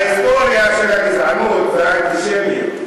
ההיסטוריה של הגזענות זה האנטישמיות.